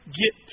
get